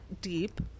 deep